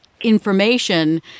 information